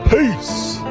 Peace